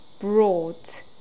brought